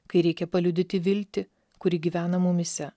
kai reikia paliudyti viltį kuri gyvena mumyse